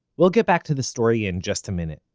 we'll get back to the story in just a minute,